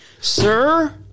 Sir